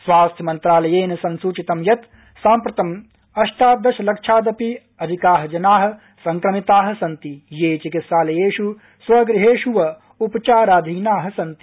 स्वास्थ्य मन्त्रालयेन संसूचितं यत् साम्प्रतं अष्टादलक्षादपि अधिका जना संक्रमिता सन्ति ये चिकित्सालयेषु स्वगृहेषु वा उपचाराधीना सन्ति